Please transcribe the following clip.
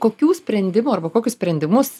kokių sprendimų arba kokius sprendimus